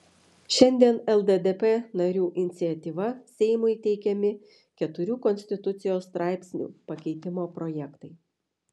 šiandien lddp narių iniciatyva seimui teikiami keturių konstitucijos straipsnių pakeitimo projektai